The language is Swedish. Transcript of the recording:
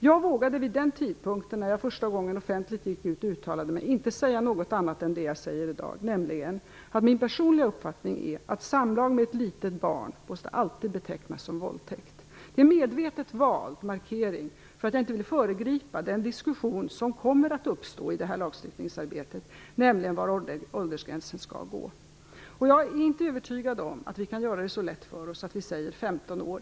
Jag vågade vid den tidpunkt när jag första gången gick ut offentligt och uttalade mig inte säga någonting annat än det jag säger i dag, nämligen att min personliga uppfattning är att samlag med ett litet barn alltid måste betecknas som våldtäkt. Det är en medvetet vald markering, eftersom jag inte vill föregripa den diskussion som kommer att uppstå i lagstiftningsarbetet om var åldersgränsen skall gå. Jag är inte övertygad om att vi kan göra det så lätt för oss att vi säger 15 år.